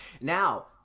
Now